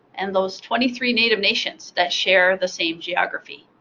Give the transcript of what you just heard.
and those twenty three native nations that share the same geography.